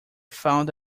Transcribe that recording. found